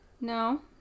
no